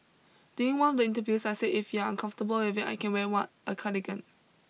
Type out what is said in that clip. during one of the interviews I say if you're uncomfortable with it I can wear what a cardigan